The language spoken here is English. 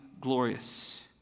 Glorious